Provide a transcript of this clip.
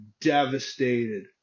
devastated